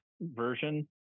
version